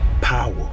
Power